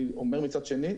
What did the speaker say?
אני אומר מצד שני,